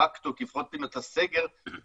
כי לפחות אני יודע מתי הסגר מתחיל,